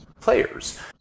players